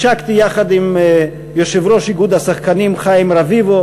השקתי יחד עם יושב-ראש איגוד השחקנים חיים רביבו